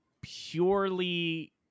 purely